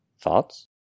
Thoughts